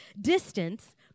Distance